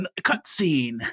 cutscene